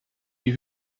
die